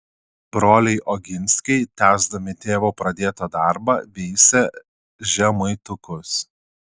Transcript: broliai oginskiai tęsdami tėvo pradėtą darbą veisė žemaitukus